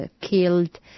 killed